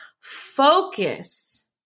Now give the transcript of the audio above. Focus